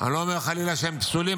אני לא אומר חלילה שהם פסולים,